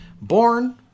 born